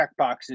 checkboxes